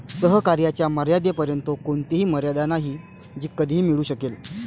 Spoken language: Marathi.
सहकार्याच्या मर्यादेपर्यंत कोणतीही मर्यादा नाही जी कधीही मिळू शकेल